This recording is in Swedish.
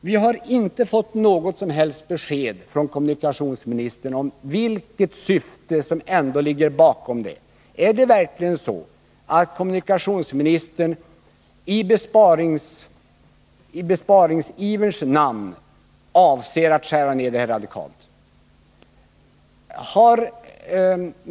Vi har inte fått något som helst besked från kommunikationsministern om vilket syfte som ligger bakom förslaget. Är det verkligen så att kommunikationsministern i besparingsiverns namn avser att skära ner det här stödet radikalt?